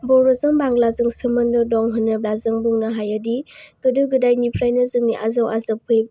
बर'जों बांलाजों सोमोन्दो दं होनोब्ला जों बुंनो हायोदि गोदो गोदायनिफ्रायनो जोंनि आजै आजौफोरा